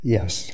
Yes